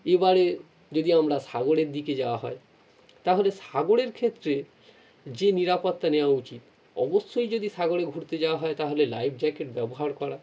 এবারে যদি আমরা সাগরের দিকে যাওয়া হয় তাহলে সাগরের ক্ষেত্রে যে নিরাপত্তা নেওয়া উচিত অবশ্যই যদি সাগরে ঘুরতে যাওয়া হয় তাহলে লাইফ জ্যাকেট ব্যবহার করা